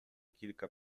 kilka